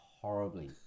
horribly